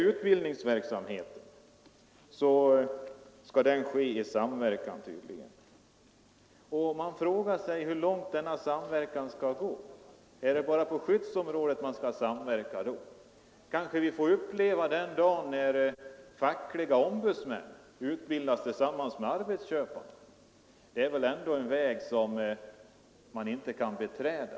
Utbildningsverksamheten skall tydligen ske i samverkan, och man frågar sig hur långt denna samverkan skall gå. Är det bara på skyddsområdet som samverkan skall ske? Då kanske vi får uppleva den dag när fackliga ombudsmän utbildas tillsammans med arbetsköparna. Det är väl ändå en väg som man inte kan beträda.